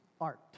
art